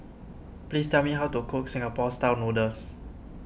please tell me how to cook Singapore Style Noodles